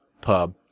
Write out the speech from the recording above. pub